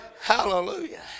Hallelujah